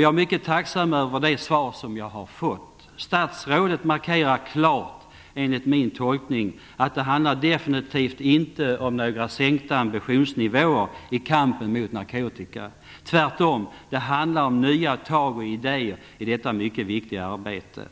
Jag är mycket tacksam över det svar som jag har fått. Statsrådet markerar enligt min tolkning klart att det definitivt inte handlar om några sänkta ambitionsnivåer i kampen mot narkotika. Tvärtom - det handlar om nya tag och nya idéer i detta mycket viktiga arbete.